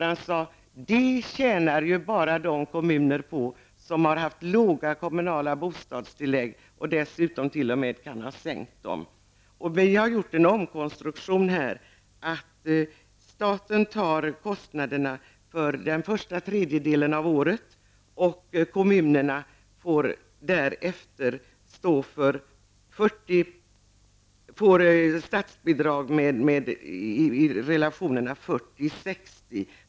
Han sade: Det tjänar ju bara de kommuner på som har haft låga kommunala bostadstillägg eller de kommuner som t.o.m. har sänkt beloppen. Vi har konstruerat om detta så, att staten täcker kostnaderna för den första tredjedelen av året. Kommunerna får statsbidrag i storleksordningen 40:60.